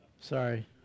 Sorry